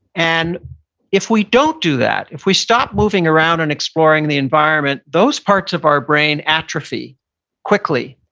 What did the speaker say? and if we don't do that, if we stop moving around and exploring the environment, those parts of our brain atrophy quickly.